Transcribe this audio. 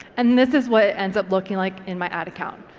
and this is what it ends up looking like in my ad account.